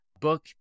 book